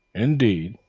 indeed,